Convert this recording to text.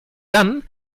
dann